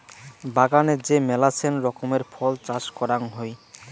বাগানে যে মেলাছেন রকমের ফল চাষ করাং হই